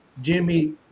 Jimmy